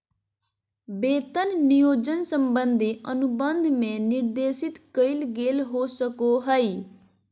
वेतन नियोजन संबंधी अनुबंध में निर्देशित कइल गेल हो सको हइ